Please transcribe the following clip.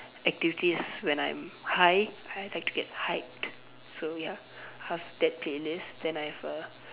activities when I'm high I like to get hyped so ya have that playlist then I've a